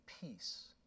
peace